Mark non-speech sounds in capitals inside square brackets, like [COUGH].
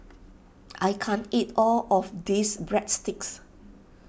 [NOISE] I can't eat all of this Breadsticks